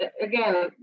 again